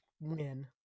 win